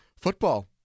football